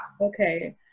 Okay